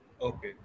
Okay